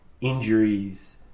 injuries